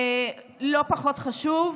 לא פחות חשוב.